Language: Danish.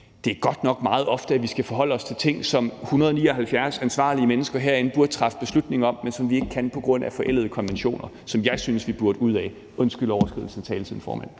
at det godt nok er meget ofte, vi skal forholde os til ting, som 179 ansvarlige mennesker herinde burde træffe beslutning om, men som vi ikke kan på grund af forældede konventioner, som jeg synes vi burde træde ud af. Undskyld overskridelsen af taletiden, formand.